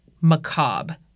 macabre